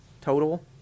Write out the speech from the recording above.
total